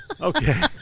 Okay